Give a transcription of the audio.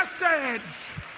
message